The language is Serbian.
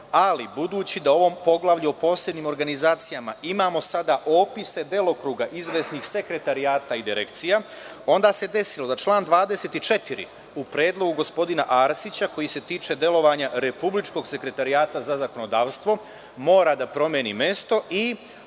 Ali, budući da u ovom poglavlju o posebnim organizacijama imamo sada opise delokruga izvesnih sekretarijata i direkcija, onda se desilo da član 24. u Predlogu gospodina Arsića, koji se tiče delovanja Republičkog sekretarijata za zakonodavstvo, mora da promeni mesto i